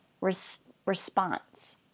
response